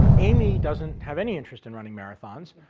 um amy doesn't have any interest in running marathons,